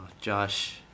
Josh